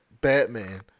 Batman